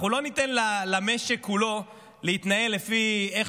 אנחנו לא ניתן למשק כולו להתנהל לפי איך